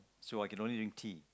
so I can only drink tea